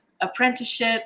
apprenticeship